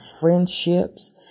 friendships